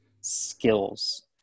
skills